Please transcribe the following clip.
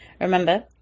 Remember